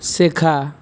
শেখা